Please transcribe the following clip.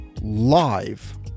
live